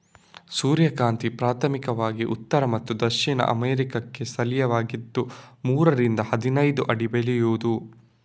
ಸೂರ್ಯಕಾಂತಿ ಪ್ರಾಥಮಿಕವಾಗಿ ಉತ್ತರ ಮತ್ತು ದಕ್ಷಿಣ ಅಮೇರಿಕಾಕ್ಕೆ ಸ್ಥಳೀಯವಾಗಿದ್ದು ಮೂರರಿಂದ ಹದಿನೈದು ಅಡಿ ಬೆಳೆಯುವುದು